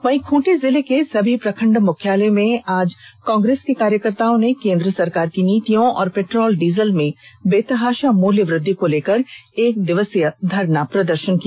वहीं खूंटी जिले के सभी प्रखंड मुख्यालय में आज कॉग्रेस के कार्यकर्ताओं ने केंद्र सरकार की नीतियों और पेट्रोल डीजल में बेतहाशा मूल्य वृद्धि को लेकर एक दिवसीय धरना प्रदर्शन किया